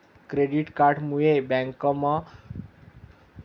credit card मुये बँकमझारतीन पैसा काढीन त्या खिसामा ठेवताना जमाना गया